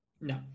No